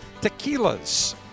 tequilas